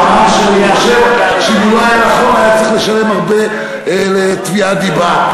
מאמר שאם הוא לא נכון כותבו היה צריך לשלם הרבה בתביעת דיבה,